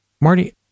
Marty